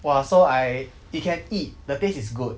!wah! so I you can eat the taste is good